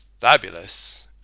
fabulous